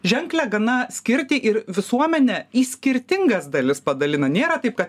ženklią gana skirtį ir visuomenę į skirtingas dalis padalino nėra taip kad